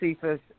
Cephas